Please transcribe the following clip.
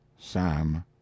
sam